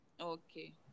okay